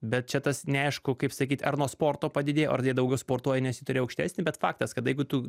bet čia tas neaišku kaip sakyt ar nuo sporto padidėjo ar jie daugiau sportuoja nes jį turi aukštesnį bet faktas kad jeigu tu